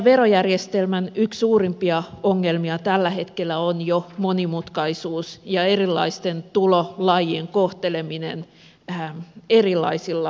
meidän verojärjestelmämme suurimpia ongelmia tällä hetkellä on jo monimutkaisuus ja erilaisten tulolajien kohteleminen erilaisilla perusteilla